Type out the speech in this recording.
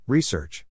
Research